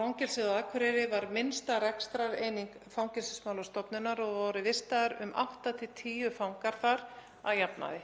Fangelsið á Akureyri var minnsta rekstrareining Fangelsismálastofnunar og voru vistaðir um átta til tíu fangar þar að jafnaði.